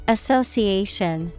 Association